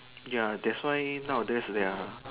ya that's why nowadays there are